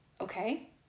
okay